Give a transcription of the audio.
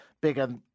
bigger